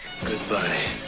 Goodbye